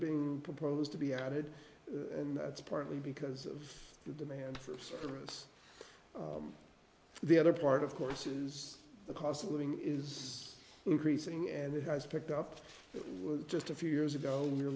being proposed to be added and that's partly because of the demand for serous the other part of course is the cost of living is increasing and it has picked up it was just a few years ago when you're